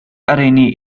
أرني